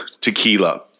tequila